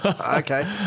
Okay